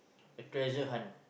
a treasure hunt